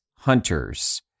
Hunters